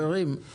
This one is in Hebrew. חברים,